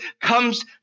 comes